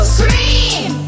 Scream